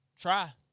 Try